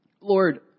Lord